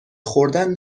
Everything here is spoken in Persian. خوردن